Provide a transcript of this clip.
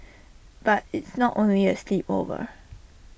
but it's not only A sleepover